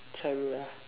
travel ah